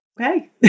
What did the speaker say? Okay